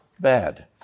bad